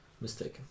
mistaken